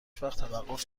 توقف